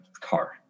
car